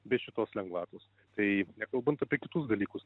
be šitos lengvatos tai nekalbant apie kitus dalykus